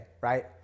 right